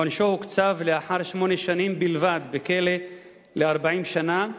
עונשו הוקצב לאחר שמונה שנים בכלא ל-40 שנה.